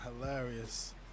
hilarious